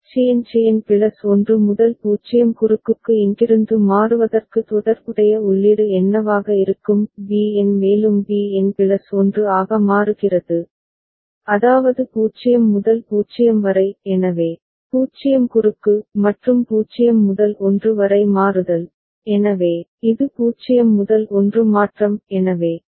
எனவே CN CN plus 1 0 குறுக்குக்கு இங்கிருந்து மாறுவதற்கு தொடர்புடைய உள்ளீடு என்னவாக இருக்கும் B n மேலும் B n பிளஸ் 1 ஆக மாறுகிறது அதாவது 0 முதல் 0 வரை எனவே 0 குறுக்கு மற்றும் 0 முதல் 1 வரை மாறுதல் எனவே இது 0 முதல் 1 மாற்றம் எனவே 1 குறுக்கு